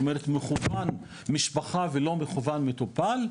מכוון משפחה ולא רק מכוון למטופל,